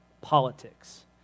politics